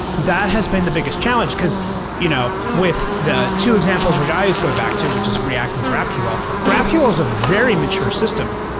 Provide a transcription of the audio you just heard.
that has been the biggest challenge. because you know with the two examples which i always go back to, which is react and graphql, graphql is a very mature system,